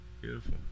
Beautiful